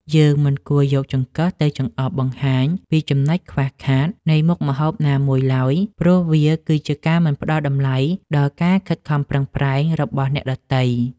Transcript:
យើងមិនគួរយកចង្កឹះទៅចង្អុលបង្ហាញពីចំណុចខ្វះខាតនៃមុខម្ហូបណាមួយឡើយព្រោះវាគឺជាការមិនផ្តល់តម្លៃដល់ការខិតខំប្រឹងប្រែងរបស់អ្នកដទៃ។